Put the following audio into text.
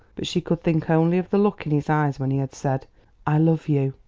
but she could think only of the look in his eyes when he had said i love you,